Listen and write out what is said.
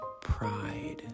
pride